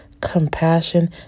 compassion